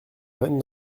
reine